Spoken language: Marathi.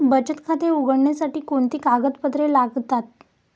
बचत खाते उघडण्यासाठी कोणती कागदपत्रे लागतात?